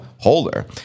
holder